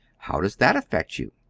how does that affect you?